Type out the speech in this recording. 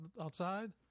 outside